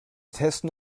testen